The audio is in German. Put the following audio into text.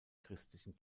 christlichen